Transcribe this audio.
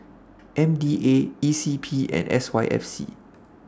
M D A E C P and S Y F C